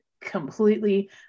completely